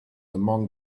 among